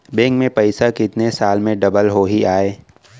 Bank में पइसा कितने साल में डबल होही आय?